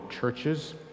churches